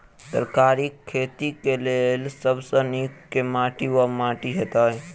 तरकारीक खेती केँ लेल सब सऽ नीक केँ माटि वा माटि हेतै?